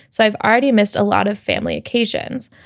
so i've already missed a lot of family occasions.